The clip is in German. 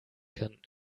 kann